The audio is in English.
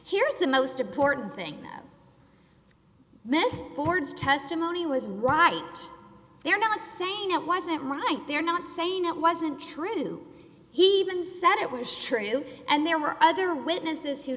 here's the most important thing that mr ford's testimony was right they're not saying it wasn't right they're not saying it wasn't true he even said it was sure he knew and there were other witnesses